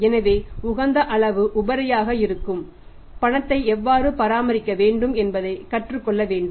எனவே உகந்த அளவு உபரியாக இருக்கும் பணத்தை எவ்வாறு பராமரிக்க வேண்டும் என்பதை கற்றுக்கொள்ள வேண்டும்